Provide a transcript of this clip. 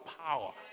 power